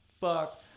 Fuck